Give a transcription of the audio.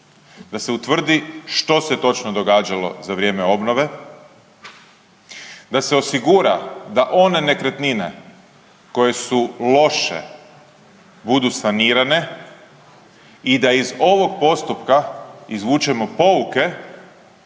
Da se utvrdi što se točno događalo za vrijeme obnove, da se osigura da one nekretnine koje su loše budu sanirane i da iz ovog postupka izvučemo pouke